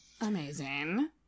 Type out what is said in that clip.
Amazing